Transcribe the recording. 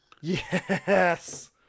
Yes